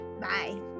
Bye